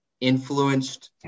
influenced